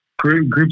Groups